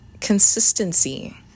consistency